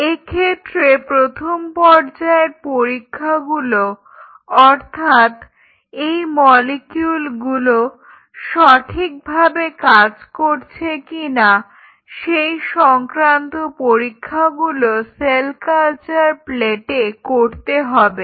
এক্ষেত্রে প্রথম পর্যায়ের পরীক্ষাগুলো অর্থাৎ এই মলিকিউলগুলো সঠিকভাবে কাজ করছে কিনা সেই সংক্রান্ত পরীক্ষাগুলো সেল কালচার প্লেটে করতে হবে